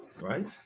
right